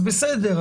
אז בסדר,